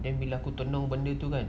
then bila aku tenung benda tu kan